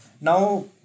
Now